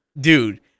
Dude